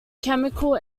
chemical